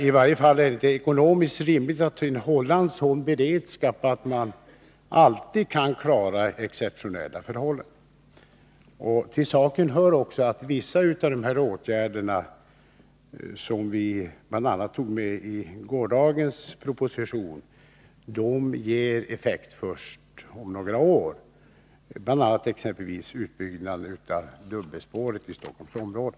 I varje fall är det inte ekonomiskt rimligt att hålla en sådan beredskap att man alltid kan klara exceptionella förhållanden. Till saken hör också att vissa av de åtgärder på det här området som vi tagit upp i gårdagens proposition ger effekt först om några år. Det gäller exempelvis utbyggnaden av dubbelspåret i Stockholmsområdet.